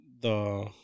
The-